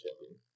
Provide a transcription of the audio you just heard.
champion